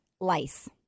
Lice